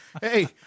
Hey